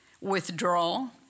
withdrawal